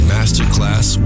Masterclass